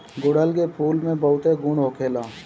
गुड़हल के फूल में बहुते गुण होखेला